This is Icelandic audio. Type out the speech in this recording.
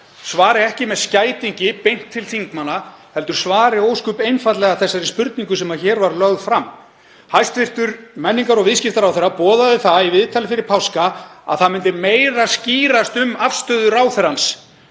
þeirra, ekki með skætingi beint til þingmanna heldur svari ósköp einfaldlega þeirri spurningu sem hér var lögð fram. Hæstv. menningar- og viðskiptaráðherra boðaði það í viðtali fyrir páska að það myndi meira skýrast um afstöðu ráðherra og